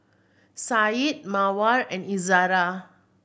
Said Mawar and Izzara